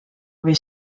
või